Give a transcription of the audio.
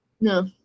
no